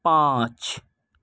پانچ